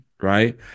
right